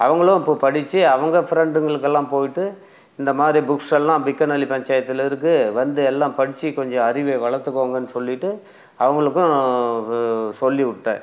அவங்களும் அப்போ படிச்சு அவங்க ஃப்ரெண்டுங்களுக்கெல்லாம் போய்ட்டு இந்த மாதிரி புக்ஸ்ஸெல்லாம் பஞ்சாயத்தில் இருக்கு வந்து எல்லாம் படிச்சு கொஞ்சம் அறிவை வளத்துக்கோங்கன்னு சொல்லிவிட்டு அவங்களுக்கும் சொல்லிவிட்டேன்